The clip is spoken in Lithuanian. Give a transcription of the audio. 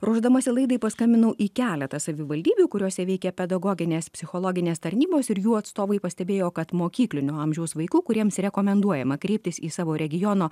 ruošdamasi laidai paskambinau į keletą savivaldybių kuriose veikia pedagoginės psichologinės tarnybos ir jų atstovai pastebėjo kad mokyklinio amžiaus vaikų kuriems rekomenduojama kreiptis į savo regiono